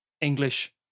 English